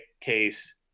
case